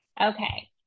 okay